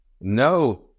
No